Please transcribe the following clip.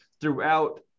throughout